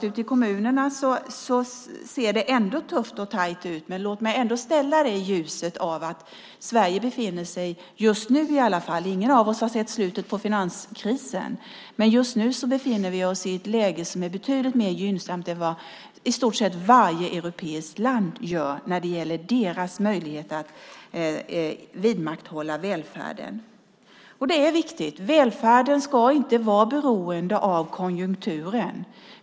Ute i kommunerna ser det ändå tufft och tajt ut, men låt mig ställa det i ljuset av att Sverige befinner sig, just nu i alla fall - ingen av oss har sett slutet på finanskrisen - i ett läge som är betydligt mer gynnsamt än vad i stort sett varje europeiskt land gör när det gäller deras möjlighet att vidmakthålla välfärden. Det är viktigt. Välfärden ska inte vara beroende av konjunkturen.